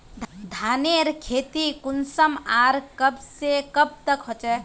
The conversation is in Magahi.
धानेर खेती कुंसम आर कब से कब तक होचे?